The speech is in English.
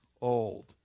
old